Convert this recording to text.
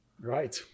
right